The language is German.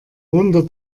wunder